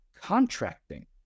contracting